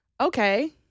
okay